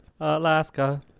Alaska